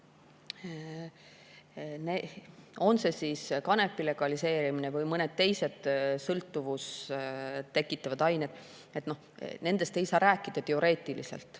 On see siis kanepi legaliseerimine või mõned teised sõltuvust tekitavad ained – nendest ei saa rääkida teoreetiliselt,